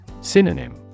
Synonym